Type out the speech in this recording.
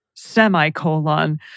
Semicolon